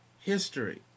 history